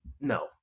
no